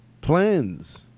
plans